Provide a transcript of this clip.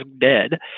dead